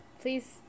Please